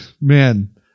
man